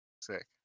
Sick